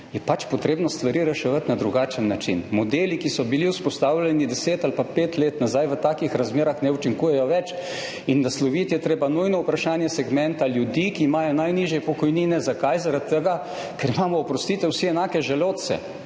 je potrebno stvari reševati na drugačen način. Modeli, ki so bili vzpostavljeni 10 ali pa 5 let nazaj, v takih razmerah ne učinkujejo več in nujno je treba nasloviti vprašanje segmenta ljudi, ki imajo najnižje pokojnine. Zakaj? Zaradi tega, ker imamo, oprostite, vsi enake želodce,